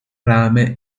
rame